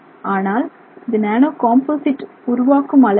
ஆனால் இது nano composite உருவாக்கும் அளவு அல்ல